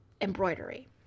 embroidery